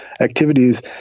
activities